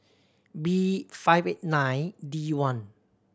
B five eight nine D one